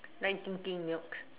like drinking milk